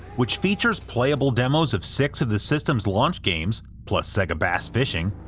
which features playable demos of six of the system's launch games, plus sega bass fishing,